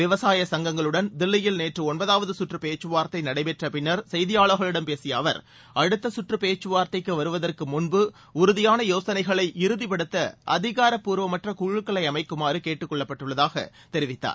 விவசாய சங்கங்களுடன் தில்லியில் நேற்று ஒன்பதாவது சுற்று பேச்சுவார்த்தை நடைபெற்ற பின்னர் செய்தியாளர்களிடம் பேசிய அவர் அடுத்த சுற்று பேச்சுவார்தைக்கு வருவதற்கு முன்பு உறுதியான யோசனைகளை இறுதிப்படுத்த அதிகாரப்பூர்வமற்ற குழுக்களை அமைக்குமாறு கேட்டுக்கொள்ளப்பட்டுள்ளதாக தெரிவித்தார்